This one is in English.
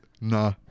Nah